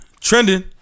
Trending